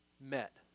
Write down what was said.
met